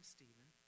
Stephen